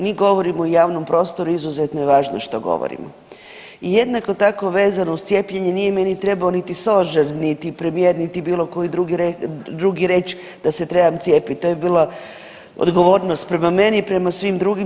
Mi govorimo u javnom prostoru i izuzetno je važno što govorimo i jednako tako vezano uz cijepljenje nije ni trebao niti stožer, niti premijer niti bilo koji drugi reći da se trebam cijepiti, to je bila odgovornost prema meni i prema svim drugim.